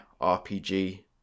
RPG